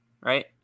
Right